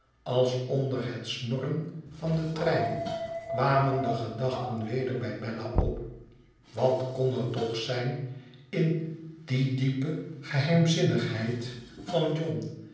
als onder het snorren van den trein kwamen de gedachten weder bij bella op wat kon er toch zijn in die diepe geheimzinnigheid van john